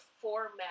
format